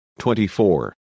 24